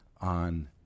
on